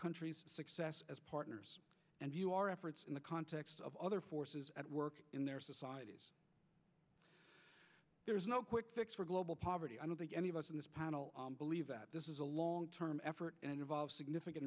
countries as partners and view our efforts in the context of other forces at work in their societies there is no quick fix for global poverty i don't think any of us on this panel believe that this is a long term effort and involves significant